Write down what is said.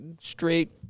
straight